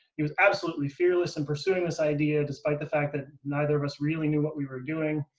he was absolutely fearless in pursuing this idea, despite the fact that neither of us really knew what we were doing.